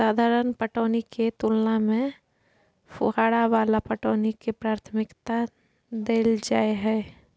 साधारण पटौनी के तुलना में फुहारा वाला पटौनी के प्राथमिकता दैल जाय हय